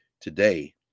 today